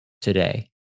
today